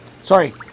Sorry